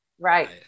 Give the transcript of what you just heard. Right